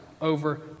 over